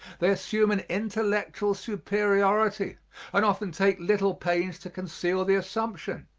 they assume an intellectual superiority and often take little pains to conceal the assumption.